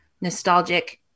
nostalgic